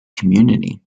community